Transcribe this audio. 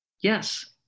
Yes